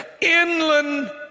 inland